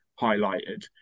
highlighted